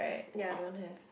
ya don't have